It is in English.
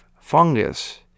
fungus